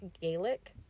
gaelic